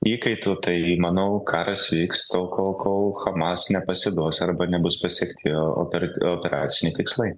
įkaitų tai manau karas vyks tol kol kol hamas nepasiduos arba nebus pasiekti oper operaciniai tikslai